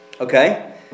Okay